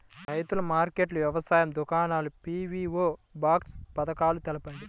రైతుల మార్కెట్లు, వ్యవసాయ దుకాణాలు, పీ.వీ.ఓ బాక్స్ పథకాలు తెలుపండి?